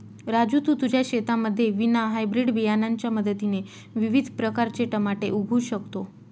राजू तू तुझ्या शेतामध्ये विना हायब्रीड बियाणांच्या मदतीने विविध प्रकारचे टमाटे उगवू शकतो